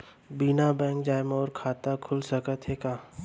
बिना बैंक जाए मोर खाता खुल सकथे का?